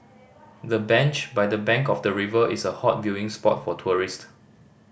the bench by the bank of the river is a hot viewing spot for tourist